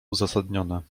uzasadnione